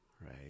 right